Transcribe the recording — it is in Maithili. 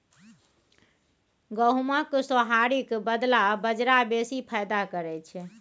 गहुमक सोहारीक बदला बजरा बेसी फायदा करय छै